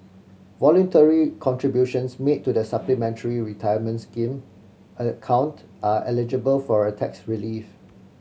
voluntary contributions made to the Supplementary Retirement Scheme account are eligible for a tax relief